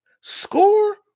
Score